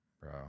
Bro